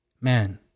man